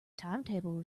timetable